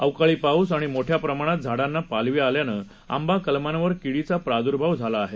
अवकाळीपाऊसआणिमोठ्याप्रमाणातझाडांनापालवीआल्यानंआंबाकलमांवरकीडीचाप्रादुर्भावझालाआहे